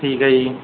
ਠੀਕ ਹੈ ਜੀ